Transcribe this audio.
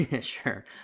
Sure